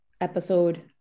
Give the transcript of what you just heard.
episode